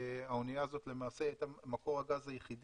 האנייה הזאת למעשה הייתה מקור הגז היחיד